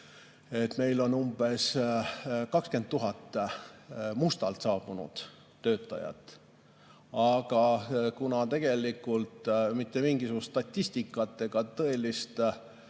tagasi – 20 000 mustalt saabunud töötajat. Aga kuna tegelikult mitte mingisugust statistikat ega tõelist